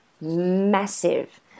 massive